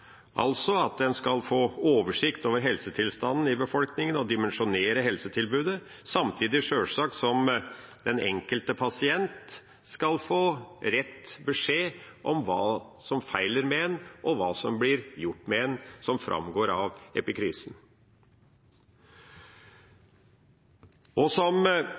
altså at en skal få oversikt over helsetilstanden i befolkningen og dimensjonere helsetilbudet, sjølsagt samtidig som den enkelte pasient skal få rett beskjed om hva som feiler ham, og hva som blir gjort med ham, noe som framgår av epikrisen. Vi vil presisere, som